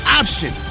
option